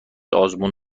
آزمون